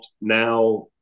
now